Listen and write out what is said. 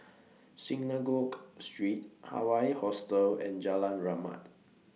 Synagogue Street Hawaii Hostel and Jalan Rahmat